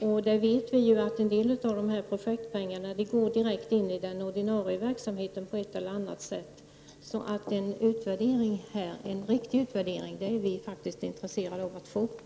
Och vi vet ju att en del av dessa projektpengar går direkt in i den ordinarie verksamheten på ett eller annat sätt. En riktig utvärdering i detta sammanhang är vi i centern faktiskt intresserade av att få till stånd.